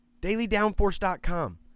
DailyDownForce.com